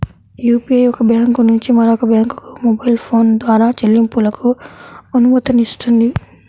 UPI ఒక bank నుంచి మరొక బ్యాంకుకు మొబైల్ ఫోన్ ద్వారా చెల్లింపులకు అనుమతినిస్తుంది